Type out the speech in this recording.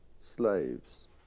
slaves